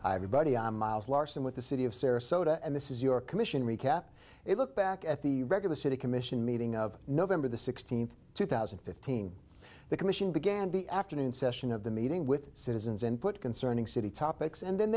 everybody i'm miles larson with the city of sarasota and this is your commission recap a look back at the regular city commission meeting of november the sixteenth two thousand and fifteen the commission began the afternoon session of the meeting with citizens input concerning city topics and then